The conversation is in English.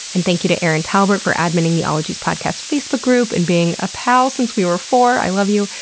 and thank you to erin talbert for adminning the ologies podcast facebook group and being a pal since we were four, i love you.